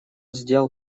сделал